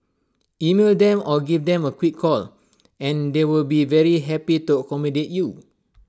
email them or give them A quick call and they will be very happy to accommodate you